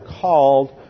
called